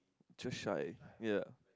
just shy ya